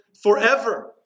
forever